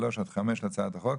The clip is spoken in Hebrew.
11(3) עד (5) להצעת החוק),